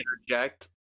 interject